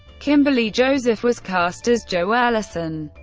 kimberley joseph was cast as jo ellison,